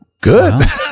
good